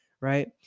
Right